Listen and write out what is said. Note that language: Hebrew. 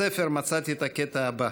מצאתי את הקטע הבא: